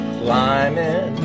climbing